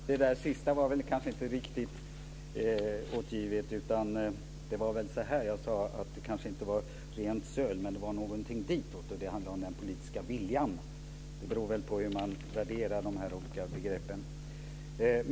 Fru talman! Det sista var kanske inte riktigt återgivet. Jag sade att det kanske inte var fråga om rent söl men någonting ditåt. Och det handlar om den politiska viljan. Det beror väl på hur man värderar dessa olika begrepp.